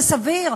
זה סביר?